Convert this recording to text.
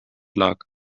lag